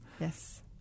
Yes